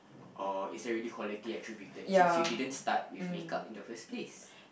or is there really quality excavated since you didn't start with makeup in the first place